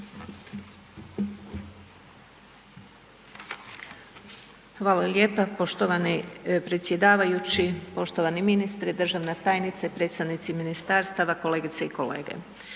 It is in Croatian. Hvala lijepa, poštovani predsjedavajući, poštovani ministre, državna tajnice, predstavnici ministarstava, kolegice i kolege.